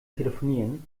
telefonieren